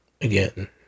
again